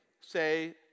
say